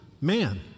man